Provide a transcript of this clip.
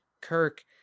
Kirk